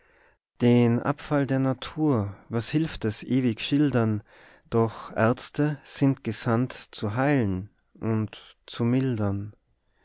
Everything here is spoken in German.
den abfall der natur was hilft es ewig schildern doch ärzte sind gesandt zu heilen und zu mildern